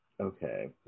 okay